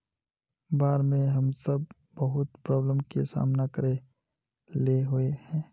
बाढ में हम सब बहुत प्रॉब्लम के सामना करे ले होय है?